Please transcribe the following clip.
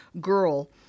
girl